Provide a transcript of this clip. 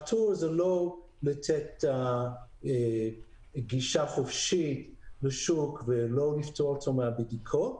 הפטור זה לא לתת גישה חופשית לשוק ולא לפטור אותו מהבדיקות.